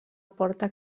porta